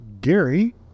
Gary